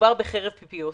מדובר בחרב פיפיות.